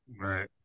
Right